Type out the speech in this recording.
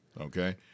Okay